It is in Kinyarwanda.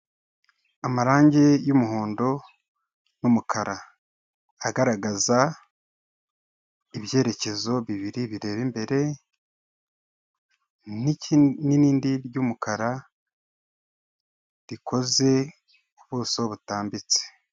Amarangi y'umuhondo n'umukara, agaragaza ibyerekezo bibiri bireba imbere n'irindi ry'umukara, rikoze, ubuso butambitse.